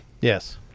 Yes